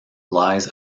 lies